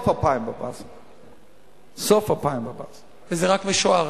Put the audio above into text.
סוף 2014. וזה רק משוער,